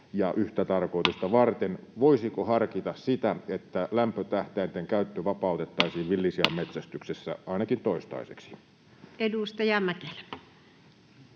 koputtaa] Voisiko harkita sitä, että lämpötähtäinten käyttö vapautettaisiin villisian metsästyksessä ainakin toistaiseksi? Edustaja Mäkelä.